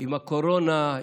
עם הקורונה,